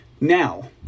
Now